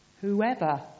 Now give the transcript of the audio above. whoever